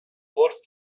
گلف